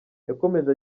yakomeje